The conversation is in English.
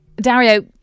Dario